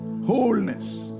Wholeness